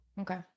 okay